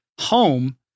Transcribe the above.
home